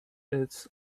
its